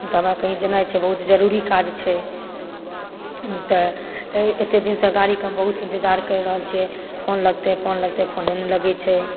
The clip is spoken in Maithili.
तऽ हमरा कहीं जेनाइ छै बहुत जरूरी काज छै तऽ अत्ते दीन सँ गाड़ी के हम बहुत इंतजार कय रहल छियै फोन लगतै फोन लगतै फोने नहि लगै छै